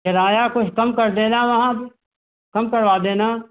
किराया कुछ कम कर देना वहाँ कम करवा देना